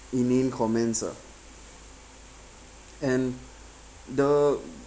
comments uh and the